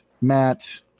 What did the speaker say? Matt